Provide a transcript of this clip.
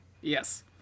Yes